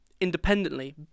independently